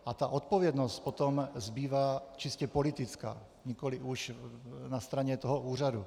A ta odpovědnost potom zbývá čistě politická, nikoliv už na straně toho úřadu.